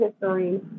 history